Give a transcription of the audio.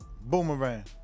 boomerang